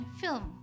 film